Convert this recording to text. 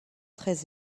très